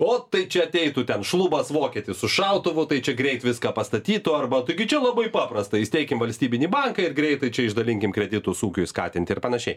o tai čia ateitų ten šlubas vokietis su šautuvu tai čia greit viską pastatytų arba taigi čia labai paprasta įsteikim valstybinį banką ir greitai čia išdalinkim kreditus ūkiui skatinti ir panašiai